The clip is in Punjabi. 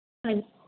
ਹਾਂ